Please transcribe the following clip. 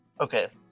Okay